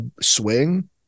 swing